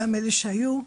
גם אלה שהיו.